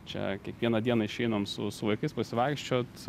čia kiekvieną dieną išeinam su vaikais pasivaikščiot